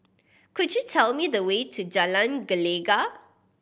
could you tell me the way to Jalan Gelegar